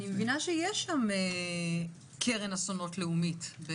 אני מבינה שיש שם קרן אסונות לאומית.